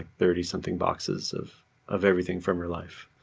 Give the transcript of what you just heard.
thirty something boxes of of everything from her life.